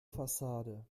fassade